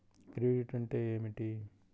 Credit అంటే ఏమిటి?